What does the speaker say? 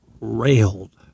railed